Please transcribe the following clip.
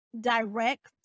direct